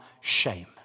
shame